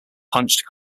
punched